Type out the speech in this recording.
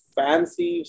fancy